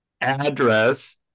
address